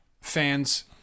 fans